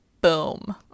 boom